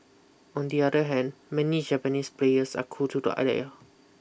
on the other hand many Japanese players are cool to the idea